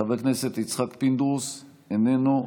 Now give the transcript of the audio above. חבר הכנסת יצחק פינדרוס, איננו.